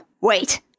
wait